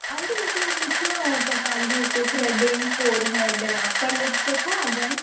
aunty मूंखे ही पुछिणो हो त तव्हांजे थ्रेडिंग फ़ोरहेड ऐं अपरलिप्स जा छा अघि आहिनि